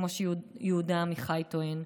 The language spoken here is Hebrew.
כמו שיהודה עמיחי טוען,